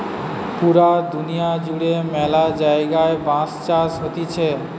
পুরা দুনিয়া জুড়ে ম্যালা জায়গায় বাঁশ চাষ হতিছে